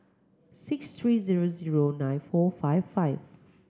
six three zero zero nine four five five